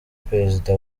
perezida